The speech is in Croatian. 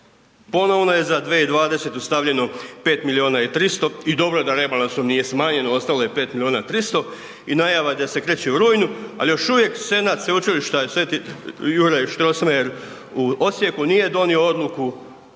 Ponovno je za 2020. stavljeno 5 milijuna i 300 i dobro da rebalansom nije smanjeno, ostalo je 5 milijuna i 300 i najava da se kreće u rujnu, al još uvijek senat sveučilišta „Sv. Juraj Strossmayer“ u Osijeku nije donio odluku